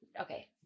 okay